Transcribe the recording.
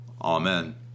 Amen